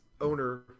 owner